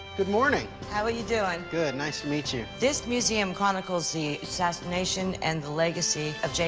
good morning. how are you doing? good. nice to meet you. this museum chronicles the assassination and the legacy of jfk.